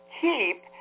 keep